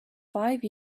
five